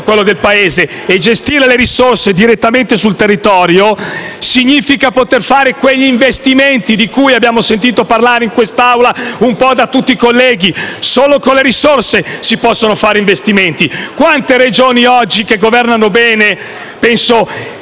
resto d'Italia e gestire le risorse direttamente sul territorio significa poter fare quegli investimenti di cui abbiamo sentito parlare in quest'Aula un po' da tutti i colleghi. Solo con le risorse si possono fare investimenti. Quante Regioni che oggi governano bene - e non